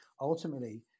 ultimately